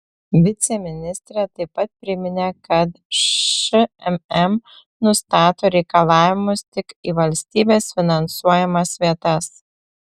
viceministrė taip pat priminė kad šmm nustato reikalavimus tik į valstybės finansuojamas vietas